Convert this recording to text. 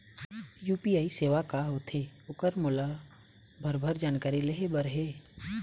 UPI सेवा का होथे ओकर मोला भरभर जानकारी लेहे बर हे?